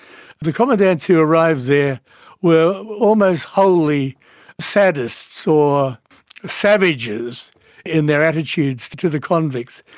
the commandants who arrived there were almost wholly sadists or savages in their attitudes to to the convicts,